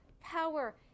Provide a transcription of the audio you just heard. power